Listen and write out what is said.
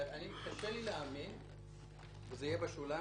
קשה לי להאמין אני מאמין שזה יהיה בשוליים